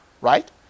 right